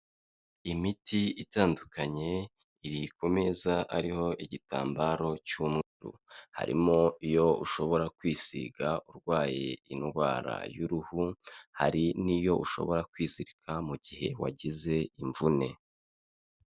Imiti itandukanye iri ku meza ariho igitambaro cy'umweru, harimo iyo ushobora kwisiga urwaye indwara y'uruhu, hari n'iyo ushobora kwizirika mu gihe wagize imvune.